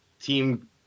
team